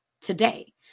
today